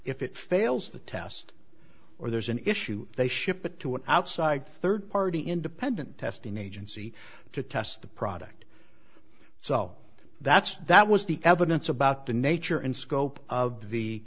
if it fails the test or there's an issue they ship it to an outside third party independent testing agency to test the product so that's that was the evidence about the nature and scope of the